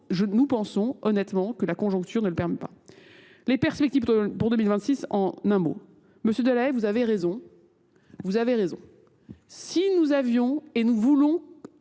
nous pensons honnêtement que la conjoncture ne le permet pas. Les perspectives pour 2026 en un mot. Monsieur Delahaye, vous avez raison. Vous avez raison. Si nous avions et nous voulons